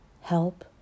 help